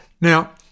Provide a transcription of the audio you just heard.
Now